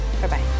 Bye-bye